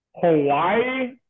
Hawaii